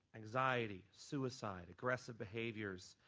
anxiety, suicide, aggressive behaviors,